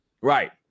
Right